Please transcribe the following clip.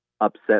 upset